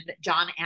John